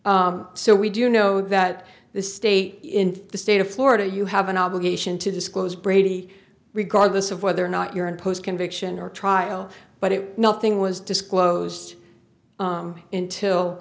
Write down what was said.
so we do know that the state in the state of florida you have an obligation to disclose brady regardless of whether or not you're in post conviction or trial but it nothing was disclosed in til